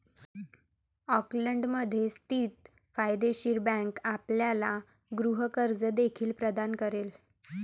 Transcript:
ऑकलंडमध्ये स्थित फायदेशीर बँक आपल्याला गृह कर्ज देखील प्रदान करेल